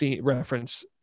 reference